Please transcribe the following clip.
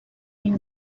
been